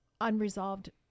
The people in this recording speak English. unresolved